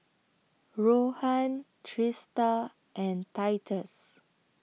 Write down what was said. Rohan Trista and Titus